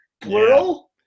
Plural